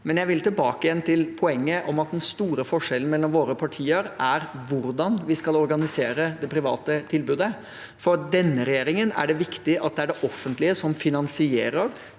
3627 Jeg vil tilbake igjen til poenget om at den store forskjellen mellom våre partier er hvordan vi skal organisere det private tilbudet. For denne regjeringen er det viktig at det er det offentlige som finansierer,